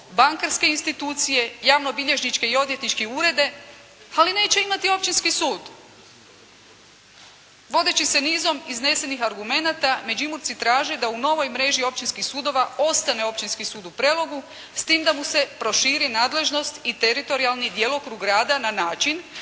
bankarske institucije, javobilježničke i odvjetničke urede, ali neće imati općinski sud. Vodeći se nizom iznesenih argumenata, Međimurci traže da u novoj mreži općinskih sudova ostane Općinski sud u Prelogu s tim da mu se proširi nadležnost i teritorijalni djelokrug rada na način